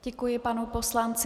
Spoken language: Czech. Děkuji panu poslanci.